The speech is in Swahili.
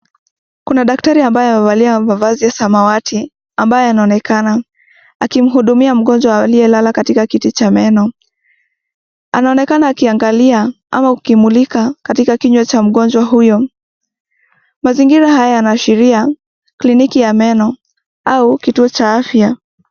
Kuna daktari ambayo amevalia mavazi ya samawati, ambayo ana onekana akimhudumia mgonjwa alie lala katika kiti cha meno. Ana onekana akiangalia au kumulika katika kinywa cha mgonjwa huyo. Mazingira haya yana ashiria kliniki ya meno au kituo cha afya.